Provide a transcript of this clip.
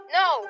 no